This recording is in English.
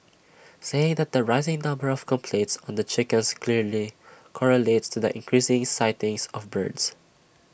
saying that the rising number of complaints on the chickens clearly correlates to the increased sighting of birds